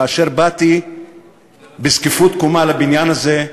כאשר באתי בזקיפות קומה לבניין הזה,